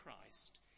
Christ